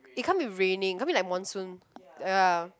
it can't be raining it can't be like monsoon